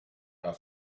our